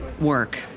work